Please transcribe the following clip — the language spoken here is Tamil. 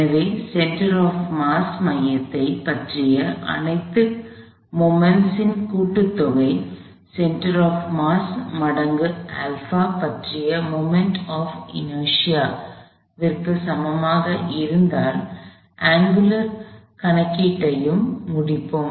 எனவே சென்டர் ஆப் மாஸ் மையத்தைப் பற்றிய அனைத்து கணங்களின் கூட்டுத்தொகை சென்டர் ஆப் மாஸ் மடங்கு α பற்றிய மொமெண்ட் ஆப் இநெர்ஸியாவிற்கு சமமாக இருந்தால் அங்குலர் கணக்கீட்டையும் முடிப்போம்